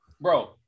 Bro